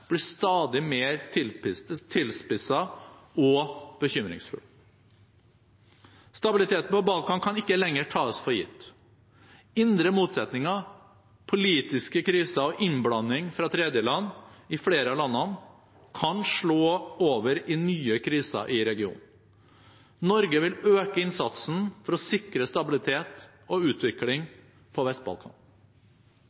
blir stadig mer tilspisset og bekymringsfull. Stabiliteten på Balkan kan ikke lenger tas for gitt. Indre motsetninger, politiske kriser og innblanding fra tredjeland i flere av landene kan slå over i nye kriser i regionen. Norge vil øke innsatsen for å sikre stabilitet og utvikling